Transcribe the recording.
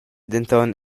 denton